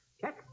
Check